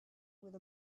with